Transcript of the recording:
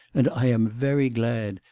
and i am very glad,